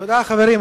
תודה, חברים.